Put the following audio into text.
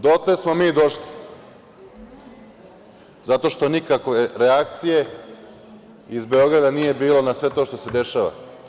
Dotle smo mi došli zato što nikakve reakcije iz Beograda nije bilo na sve to što se dešava.